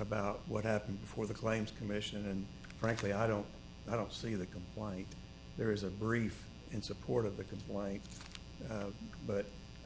about what happened before the claims commission and frankly i don't i don't see the can why there is a brief in support of the complaints but i